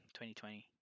2020